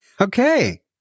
Okay